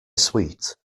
sweet